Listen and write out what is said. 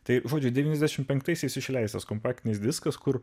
tai žodžiu devyniasdešim penktaisias išleistas kompaktinis diskas kur